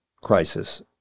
crisis